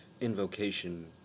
invocation